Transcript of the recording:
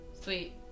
sweet